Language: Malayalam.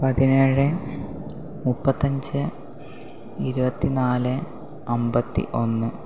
പതിനേഴ് മുപ്പത്തഞ്ച് ഇരുപത്തി നാല് അമ്പത്തി ഒന്ന്